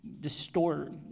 distort